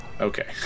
Okay